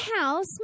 house